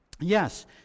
Yes